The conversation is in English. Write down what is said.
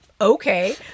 Okay